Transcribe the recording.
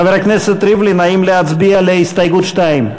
חבר הכנסת ריבלין, האם להצביע על הסתייגות 2?